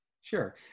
Sure